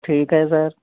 ठीक है सर